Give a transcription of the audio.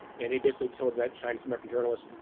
and he basically told that chinese-american journalist,